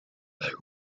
they